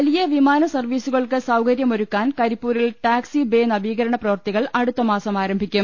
വലിയ വിമാന സർവ്വീസുകൾക്ക് സൌകര്യമൊരുക്കാൻ കരി പ്പൂരിൽ ടാക്സി ബ്രുനവീകരണ പ്രവൃത്തികൾ അടുത്തമാസം ആരംഭിക്കും